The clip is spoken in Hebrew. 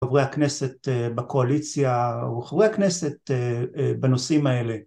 חברי הכנסת בקואליציה וחברי הכנסת בנושאים האלה.